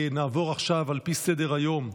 נעבור עכשיו, לפי סדר-היום,